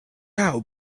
out